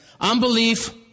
unbelief